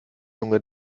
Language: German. junge